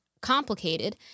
complicated